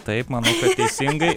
taip manau kad teisingai